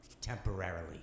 temporarily